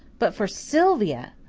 but for sylvia!